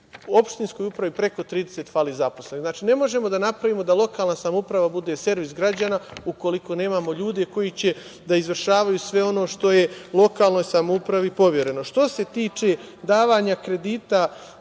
u opštinskoj upravi fali preko 30 zaposlenih. Ne možemo da napravimo da lokalna samouprava bude servis građana ukoliko nemamo ljude koji će da izvršavaju sve ono što je u lokalnoj samoupravi povereno. Što se tiče davanja kredita